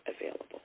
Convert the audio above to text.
available